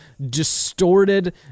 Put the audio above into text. distorted